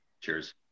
Cheers